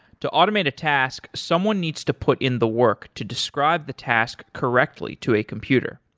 to automate a task, someone needs to put in the work to describe the task correctly to a computer.